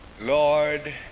Lord